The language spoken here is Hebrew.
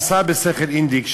עשה בשכל אינדיק,